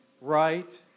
right